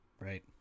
right